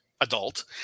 adult